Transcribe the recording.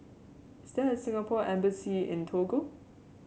is there a Singapore Embassy in Togo